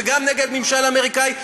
וגם נגד ממשל אמריקני,